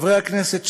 חברי הכנסת,